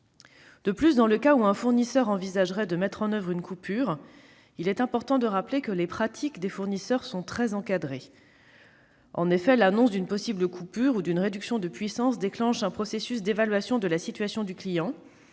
De plus, dans le cas où un fournisseur envisagerait de mettre en oeuvre une coupure, il est important de rappeler que les pratiques des fournisseurs sont très encadrées. En effet, l'annonce d'une possible coupure ou d'une réduction de puissance déclenche un processus d'évaluation de la situation du client,